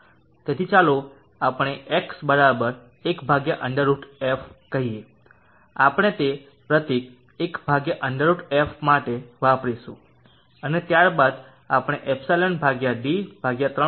તેથી ચાલો આપણે x 1√f કહીએ આપણે તે પ્રતીક 1 √ f માટે વાપરીશું અને ત્યારબાદ આપણે d3